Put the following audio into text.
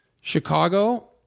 Chicago